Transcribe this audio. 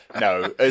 No